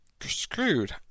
screwed